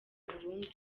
burundu